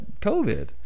COVID